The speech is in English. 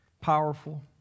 powerful